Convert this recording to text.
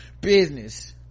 business